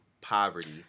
poverty